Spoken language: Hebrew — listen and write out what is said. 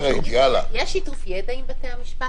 יש שיתוף ידע עם בתי המשפט?